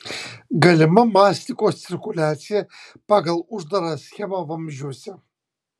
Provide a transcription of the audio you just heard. galima mastikos cirkuliacija pagal uždarą schemą vamzdžiuose